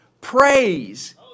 Praise